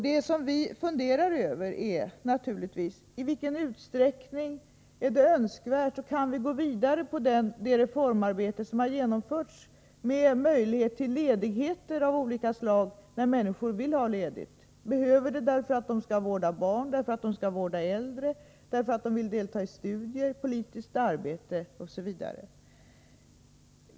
Det som vi funderar över är naturligtvis i vilken utsträckning det är önskvärt att gå vidare med det reformarbete som genomförts, med möjlighet till ledigheter av olika slag när människor vill ha ledigt och behöver det — för att de skall vårda barn eller vårda äldre, för att de vill delta i studier eller politiskt arbete osv.